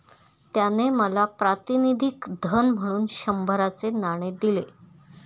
त्याने मला प्रातिनिधिक धन म्हणून शंभराचे नाणे दिले